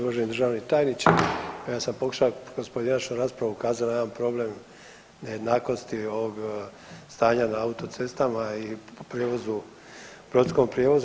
Uvaženi državni tajniče, ja sam pokušao kroz pojedinačnu raspravu ukazat na jedan problem nejednakosti ovog stanja na autocestama i po prijevozu, brodskom prijevozu.